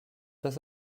das